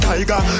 Tiger